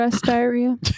diarrhea